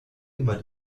immer